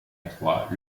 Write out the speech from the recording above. étroit